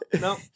no